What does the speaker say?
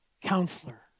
counselor